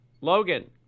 Logan